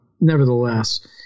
nevertheless